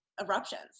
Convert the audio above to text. eruptions